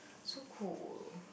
so cold